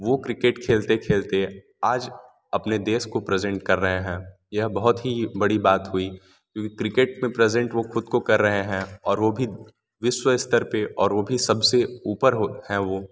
वो क्रिकेट खेलते खेलते आज अपने देश को प्रजेंट कर रहे हैं यह बहुत ही बड़ी बात हुई क्योंकि क्रिकेट पे प्रजेंट वो ख़ुद को कर रहे हैं और वो भी विश्व स्तर पर और वो भी सब से ऊपर हो हैं वो